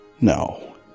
no